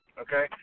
Okay